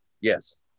Yes